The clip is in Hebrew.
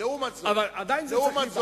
אבל עדיין זה צריך להיבחן.